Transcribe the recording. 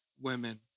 women